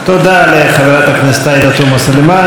תודה לחברת הכנסת עאידה תומא סלימאן.